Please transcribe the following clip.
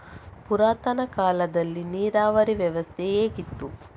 ಪುರಾತನ ಕಾಲದಲ್ಲಿ ನೀರಾವರಿ ವ್ಯವಸ್ಥೆ ಹೇಗಿತ್ತು?